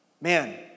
man